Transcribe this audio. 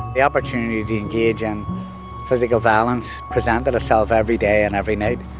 the opportunity to engage in physical violence, presented itself every day and every night,